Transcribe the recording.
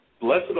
blessed